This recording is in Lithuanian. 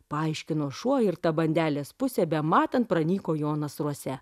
paaiškino šuo ir ta bandelės pusė bematant pranyko jo nasruose